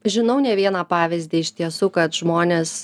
žinau ne vieną pavyzdį iš tiesų kad žmonės